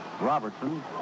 Robertson